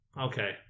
okay